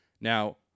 Now